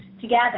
together